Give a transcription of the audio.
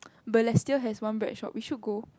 Balestier has one bread shop we should go